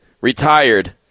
retired